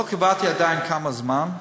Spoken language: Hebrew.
לא קיבלתי עדיין כמה זמן,